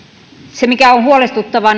se mikä on huolestuttavaa